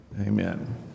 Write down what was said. amen